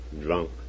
drunk